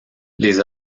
les